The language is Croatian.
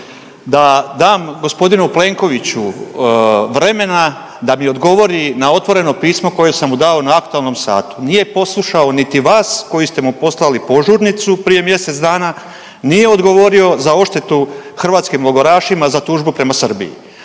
da dam gospodinu Plenkoviću vremena da mi odgovori na otvoreno pismo koje sam mu dao na aktualnom satu. Nije poslušao niti vas koji ste mu poslali požurnicu prije mjesec dana, nije odgovorio za odštetu hrvatskim logorašima za tužbu prema Srbiji,